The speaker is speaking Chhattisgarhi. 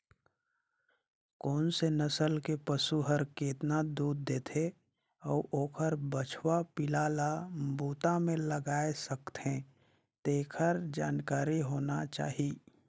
कोन से नसल के पसु हर केतना दूद देथे अउ ओखर बछवा पिला ल बूता में लगाय सकथें, तेखर जानकारी होना चाही